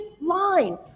line